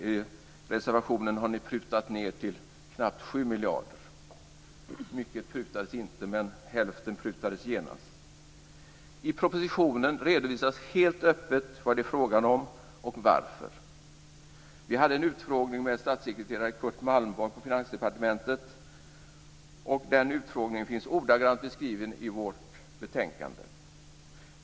I reservationen har ni prutat ned till knappt 7 miljarder. Mycket prutades det inte, men hälften prutades genast. I propositionen redovisas helt öppet vad det är frågan om och varför. Vi hade en utfrågning med statssekreterare Curt Malmborg från Finansdepartementet. Den utfrågningen finns ordagrant återgiven i vårt betänkande.